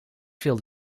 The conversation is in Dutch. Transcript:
veel